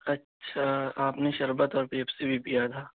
اچھا آپ نے شربت اور پیپسی بھی پیا تھا